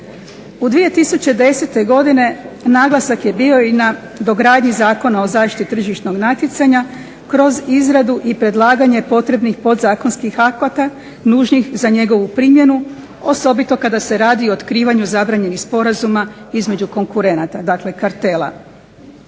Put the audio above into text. U 2010.godine naglasak je bio i na dogradnji Zakona o tržišnog natjecanja kroz izradu i predlaganje potrebnih podzakonskih akata nužnih za njegovu primjenu osobito kada se radi o otkrivanju zabranjenih sporazuma između konkurenata dakle kartela.